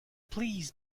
please